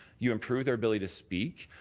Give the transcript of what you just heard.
you improve their ability to speak.